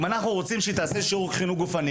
אם אנחנו רוצים שהיא תעשה שיעור חינוך גופני